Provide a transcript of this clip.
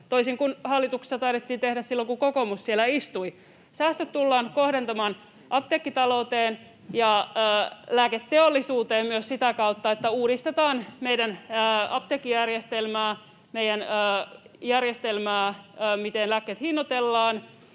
toisin kuin hallituksessa taidettiin tehdä silloin, kun kokoomus siellä istui. Säästö tullaan kohdentamaan apteekkitalouteen ja lääketeollisuuteen myös sitä kautta, että uudistetaan meidän apteekkijärjestelmäämme ja järjestelmää, miten lääkkeet hinnoitellaan,